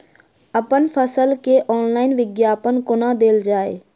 अप्पन फसल केँ ऑनलाइन विज्ञापन कोना देल जाए?